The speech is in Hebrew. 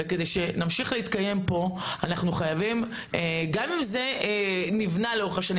וכדי שנמשיך להתקיים פה אנחנו חייבים -- גם אם זה נבנה לאורך השנים,